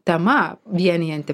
tema vienijanti